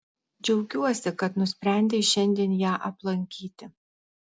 džiaugiuosi kad nusprendei šiandien ją aplankyti